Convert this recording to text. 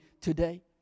today